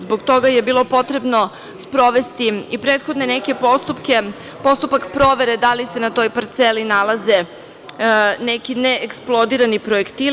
Zbog toga je bilo potrebno sprovesti i prethodne neke postupke, postupak provere da li se na toj parceli nalaze neki neeksplodirani projektili.